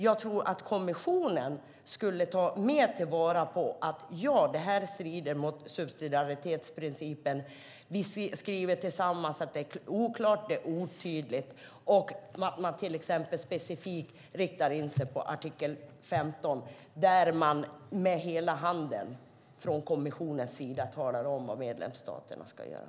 Jag tror att kommissionen mer skulle ta till vara på uttalandet att förslaget strider mot subsidiaritetsprincipen om vi tillsammans skriver att det är oklart och otydligt och vi specifikt inriktar oss på artikel 15. I den artikeln talar kommissionen om med hela handen vad medlemsstaterna ska göra.